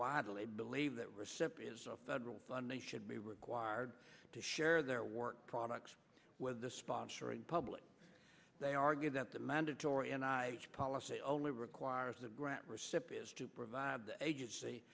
widely believe that recipients of federal funding should be required to share their work products with the sponsoring public they argue that the mandatory and i policy only requires the grant recipients to provide the agency